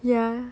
ya